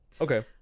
Okay